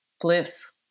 bliss